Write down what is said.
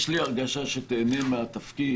יש לי הרגשה שתיהנה מהתפקיד.